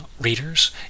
readers